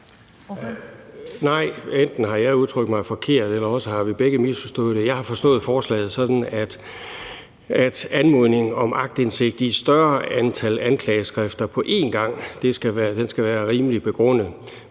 (V): Jeg har enten udtrykt mig forkert, eller også har vi begge misforstået det. Jeg har forstået forslaget sådan, at anmodning om aktindsigt i et større antal anklageskrifter på én gang skal være rimeligt begrundet.